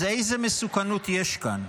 אז איזו מסוכנות יש כאן?